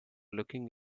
looking